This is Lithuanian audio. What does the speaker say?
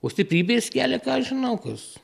o stiprybės kelia ką aš žinau kas